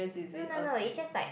no no no it's just like